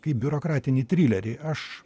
kaip biurokratinį trilerį aš